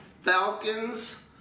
Falcons